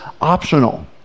optional